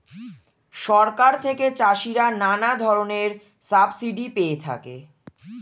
সরকার থেকে চাষিরা নানা ধরনের সাবসিডি পেয়ে থাকে